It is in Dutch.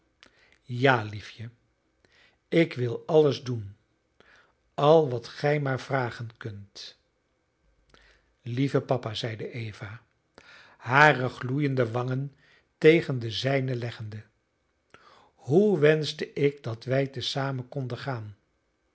ja liefje ik wil alles doen al wat gij maar vragen kunt lieve papa zeide eva hare gloeiende wangen tegen de zijne leggende hoe wenschte ik dat wij te zamen konden gaan